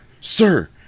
sir